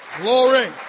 Glory